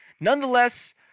Nonetheless